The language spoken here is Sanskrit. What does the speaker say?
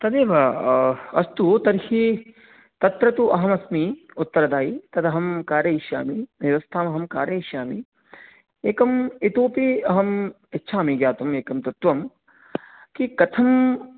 तदेव अस्तु तर्हि तत्र तु अहमस्मि उत्तरदायी तदहं कारयिष्यामि व्यवस्थां अहं कारयिष्यामि एकम् इतोऽपि अहम् इच्छामि ज्ञातुम् एकं तत्त्वं कि कथम्